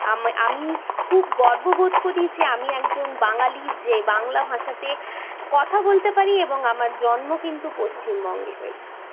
আমি খুব গর্ব বোধ করি যে আমি একজন বাঙালি যে বাংলা ভাষাতে কথা বলতে পারি এবং আমার জন্ম কিন্তু পশ্চিমবঙ্গে হয়েছে